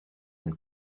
and